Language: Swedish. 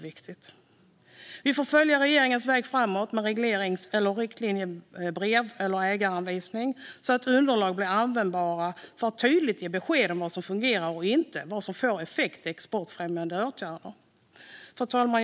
Vi får följa regeringens väg framåt med reglerings eller riktlinjebrev eller ägaranvisning så att underlag blir användbara och tydligt ger besked om vad som fungerar och inte - vad som får effekt när det gäller exportfrämjande åtgärder. Fru talman!